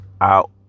out